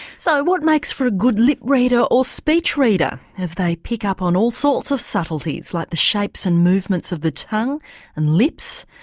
so what makes for a good lip-reader or speech-reader as they pick up on all sorts of subtleties like the shapes and movements of the tongue and lips,